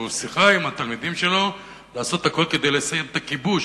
שיחה עם התלמידים שלו לעשות הכול כדי לסיים את הכיבוש.